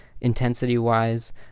intensity-wise